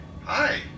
Hi